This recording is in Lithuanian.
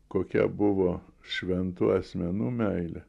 kokia buvo šventų asmenų meilė